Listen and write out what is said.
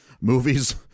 movies